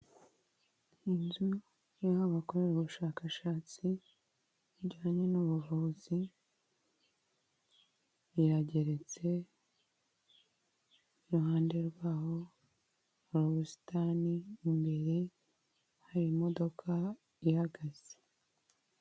Inzu iriho aho bakorera ubushakashatsi bujyanye n'ubuvuzi, irageretse, iruhande rwaho hari ubusitani, imbere hari imodoka ihagaze.